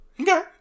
Okay